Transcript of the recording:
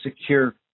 secure